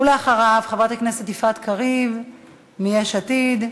ואחריו, חברת הכנסת יפעת קריב מיש עתיד,